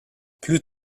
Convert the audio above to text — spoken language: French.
plus